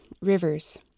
rivers